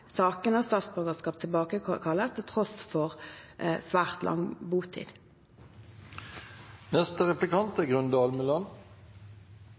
sakene statsborgerskap tilbakekalles til tross for svært lang